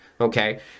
Okay